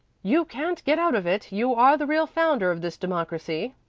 you can't get out of it. you are the real founder of this democracy,